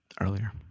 earlier